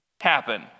happen